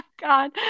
god